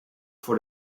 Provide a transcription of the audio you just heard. for